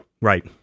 Right